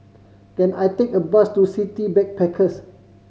can I take a bus to City Backpackers